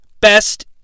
best